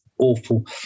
awful